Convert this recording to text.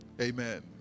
Amen